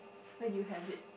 when you have it